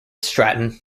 stratton